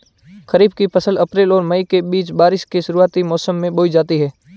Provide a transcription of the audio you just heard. खरीफ़ की फ़सल अप्रैल और मई के बीच, बारिश के शुरुआती मौसम में बोई जाती हैं